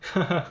呵呵